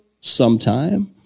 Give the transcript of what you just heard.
sometime